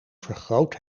vergroot